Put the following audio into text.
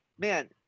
man